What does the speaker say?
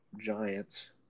Giants